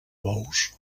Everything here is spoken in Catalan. bous